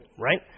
right